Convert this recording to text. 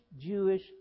Jewish